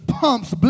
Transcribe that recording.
pumps